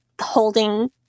holding